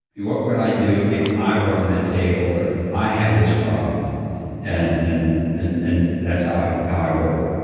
what would i do if i were on that table or i have this problem and and and and that's how i how i work.